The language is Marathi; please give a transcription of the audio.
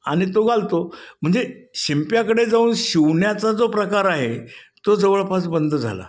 आणि तो घालतो म्हणजे शिंप्याकडे जाऊन शिवण्याचा जो प्रकार आहे तो जवळपास बंद झाला